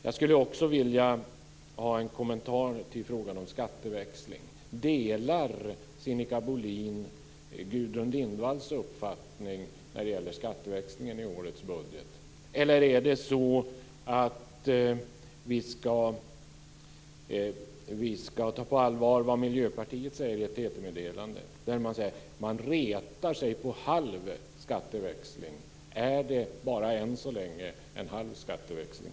Jag skulle också vilja ha en kommentar till frågan om skatteväxling. Delar Sinikka Bohlin Gudrun Lindvalls uppfattning när det gäller skatteväxlingen i årets budget? Eller är det så att vi ska ta på allvar vad Miljöpartiet säger i ett TT-meddelande, att man retar sig på halv skatteväxling? Är det än så länge bara en halv skatteväxling?